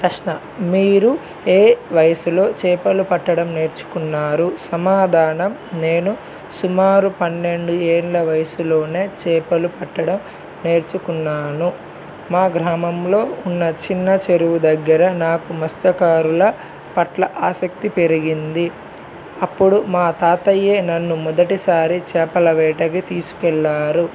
ప్రశ్న మీరు ఏ వయసులో చేపలు పట్టడం నేర్చుకున్నారు సమాధానం నేను సుమారు పన్నెండు ఏళ్ల వయసులోనే చేపలు పట్టడం నేర్చుకున్నాను మా గ్రామంలో ఉన్న చిన్న చెరువు దగ్గర నాకు మత్సకారుల పట్ల ఆసక్తి పెరిగింది అప్పుడు మా తాతయ్యే నన్ను మొదటిసారి చేపలవేటకి తీసుకెళ్లారు